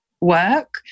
work